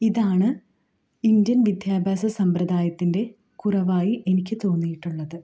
ഇതാണ് ഇന്ത്യൻ വിദ്യാഭ്യാസ സമ്പ്രദായത്തിൻ്റെ കുറവായി എനിക്ക് തോന്നിയിട്ടുള്ളത്